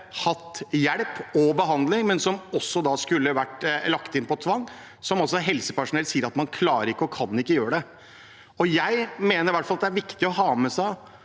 hatt hjelp og behandling, som også skulle vært lagt inn på tvang, der helsepersonell sier at man klarer ikke og kan ikke gjøre det. Jeg mener det er viktig å ha med seg